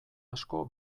asko